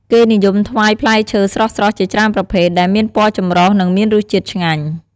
គេនិយមថ្វាយផ្លែឈើស្រស់ៗជាច្រើនប្រភេទ ដែលមានពណ៌ចម្រុះ និងមានរសជាតិឆ្ងាញ់។